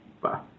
Bye